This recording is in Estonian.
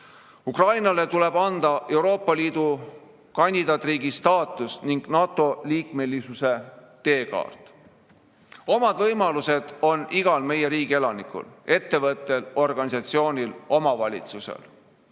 Ukrainale tuleb anda Euroopa Liidu kandidaatriigi staatus ning NATO-liikmelisuse teekaart. Omad võimalused on igal meie riigi elanikul, ettevõttel, organisatsioonil, omavalitsusel.